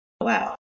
Wow